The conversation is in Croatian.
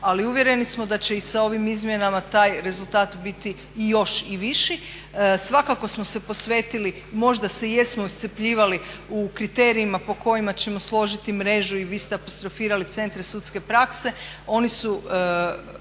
ali uvjereni smo da će i sa ovim izmjenama taj rezultat biti i još i viši. Svakako smo se posvetili, možda se i jesmo iscrpljivali u kriterijima po kojima ćemo složiti mrežu. I vi ste apostrofirali centre sudske prakse, oni su